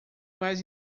mais